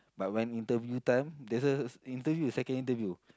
but when interview time there's a interview second interview